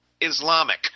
Islamic